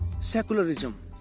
secularism